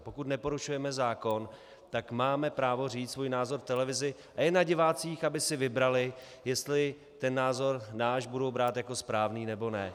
Pokud neporušujeme zákon, tak máme právo říct svůj názor v televizi a je na divácích, aby si vybrali, jestli ten názor náš budou brát jako správný, nebo ne.